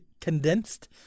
condensed